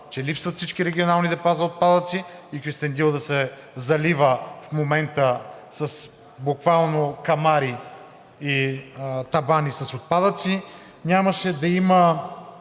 че липсват всички регионални депа за отпадъци и Кюстендил да се залива в момента с буквално камари и табани с отпадъци; нямаше да има